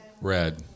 red